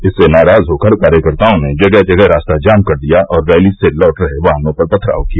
इससे नाराज़ होकर कार्यकर्ताओं ने जगह जगह रास्ता जाम कर दिया और रैली से लौट रहे वाहनों पर पथराव किया